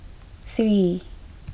three